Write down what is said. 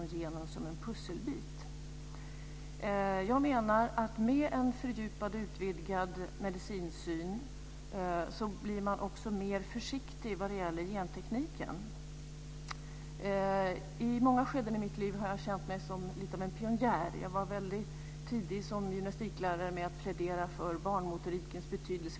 Jag tycker att det är bra att vi har fått det här tillkännagivandet i dag och hoppas att det också ska stå sig hela vägen ut när vi voterar och även när propositionen som har lagts fram om åldersgränserna ska behandlas här i kammaren. Fru talman!